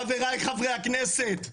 חבריי חברי הכנסת,